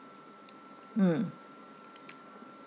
mm